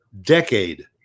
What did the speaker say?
decade